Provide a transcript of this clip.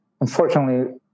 Unfortunately